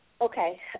Okay